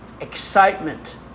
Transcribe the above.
excitement